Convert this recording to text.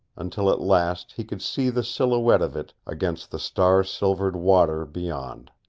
until at last he could see the silhouette of it against the star-silvered water beyond.